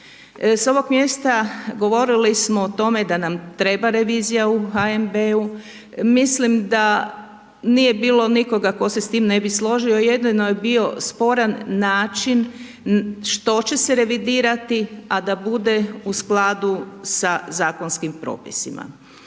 S ovog mjesta govorili smo o tome da nam treba revizija u HNB-u. Mislim da nije bilo nikoga tko se s tim ne bi složio, jedino je bio sporan način što će se revidirati, a da bude u skladu sa zakonskim propisima.